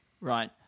right